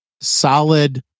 solid